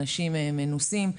אנשים מנוסים,